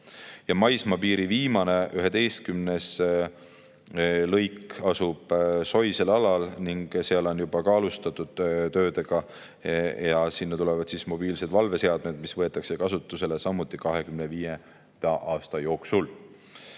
8. Maismaapiiri viimane, 11. lõik asub soisel alal ning ka seal on juba alustatud töödega. Sinna tulevad mobiilsed valveseadmed, mis võetakse kasutusele samuti 2025. aasta jooksul.